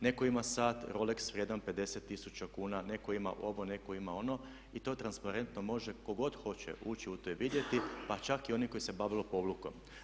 Netko ima sat Rolex vrijedan 50 000 kuna, netko ima ovo, netko ima ono i to transparentno može tko god hoće ući u to i vidjeti pa čak i oni koji se bave lopovlukom.